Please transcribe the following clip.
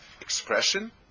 expression